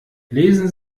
lesen